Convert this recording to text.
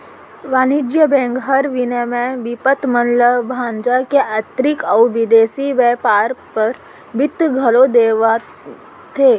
वाणिज्य बेंक हर विनिमय बिपत मन ल भंजा के आंतरिक अउ बिदेसी बैयपार बर बित्त घलौ देवाथे